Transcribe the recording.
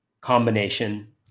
combination